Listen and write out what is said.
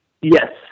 Yes